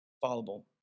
fallible